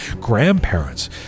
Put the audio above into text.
grandparents